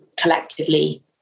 collectively